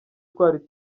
twari